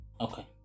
Okay